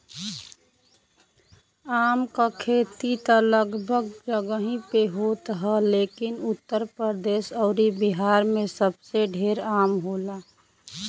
आम क खेती त लगभग सब जगही पे होत ह लेकिन उत्तर प्रदेश अउरी बिहार में सबसे ढेर आम होला